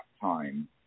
time